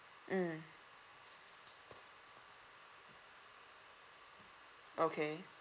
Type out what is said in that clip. um okay